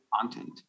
content